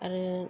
आरो